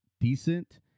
decent